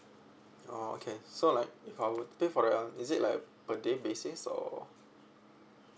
oh okay so like if I were to pay for the is it like per day basis or